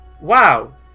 Wow